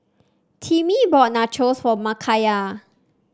Timmy bought Nachos for Makayla